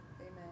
amen